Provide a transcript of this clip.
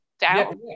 down